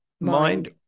mind